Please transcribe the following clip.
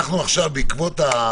שיהיו אותן עבירות שמבחינתנו,